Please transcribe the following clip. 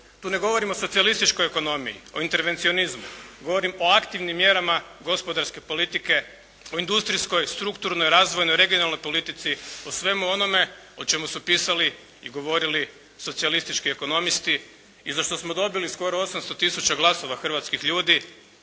Tu ne govorim o socijalističkoj ekonomiji, o intervencionizmu. Govorim o aktivnim mjerama gospodarske politike, o industrijskoj, strukturnoj, razvojnoj, regionalnoj politici, o svemu onome o čemu su pisali i govorili socijalistički ekonomisti i za što smo dobili skoro 800 tisuća glasova hrvatskih ljudi